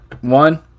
One